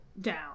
down